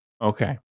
Okay